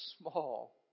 small